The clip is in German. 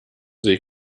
sie